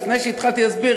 לפני שהתחלתי להסביר?